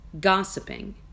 gossiping